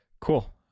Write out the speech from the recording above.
Cool